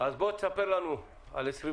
סעיף